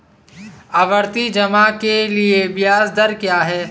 आवर्ती जमा के लिए ब्याज दर क्या है?